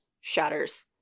shatters